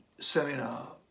seminar